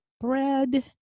bread